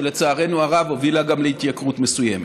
שלצערנו הרב הובילה גם להתייקרות מסוימת.